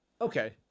Okay